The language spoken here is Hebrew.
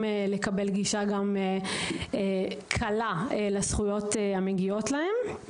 לקבל גישה קלה לזכויות המגיעות להם.